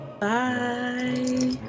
Bye